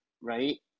right